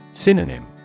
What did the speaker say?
Synonym